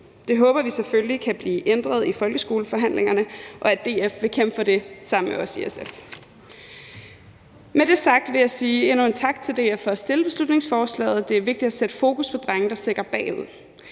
Vi håber selvfølgelig, at det kan blive ændret i folkeskoleforhandlingerne, og at DF vil kæmpe for det sammen med os i SF. Med det sagt vil jeg endnu en gang sige tak til DF for at fremsætte beslutningsforslaget. Det er vigtigt at sætte fokus på drenge, der sakker bagud.